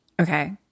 Okay